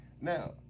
now